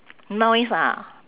noise ah